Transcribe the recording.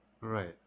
Right